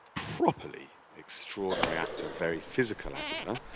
properly, extraordinary actor, very physical actor,